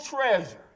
treasure